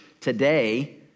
today